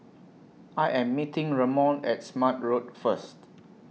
I Am meeting Ramon At Smart Road First